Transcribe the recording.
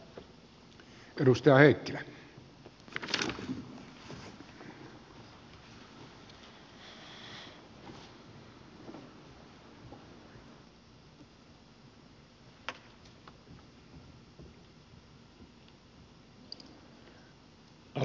arvoisa puhemies